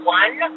one